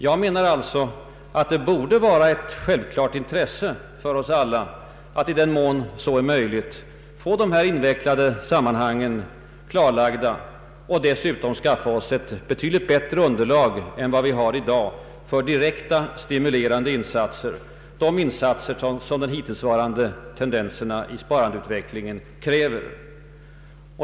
Jag menar att det borde vara ett självklart intresse för oss alla att, i den mån så är möjligt, få de invecklade sammanhangen klarlagda och dessutom skaffa oss ett betydligt bättre underlag än vad vi har i dag för direkta stimulerande insatser, insatser som hittillsvarande tendenser i sparandeutvecklingen kräver.